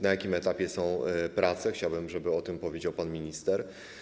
Na jakim etapie są prace - chciałbym, żeby o tym powiedział pan minister.